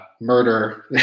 murder